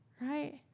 right